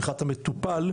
מבחינת המטופל,